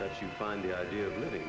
that you find the idea of living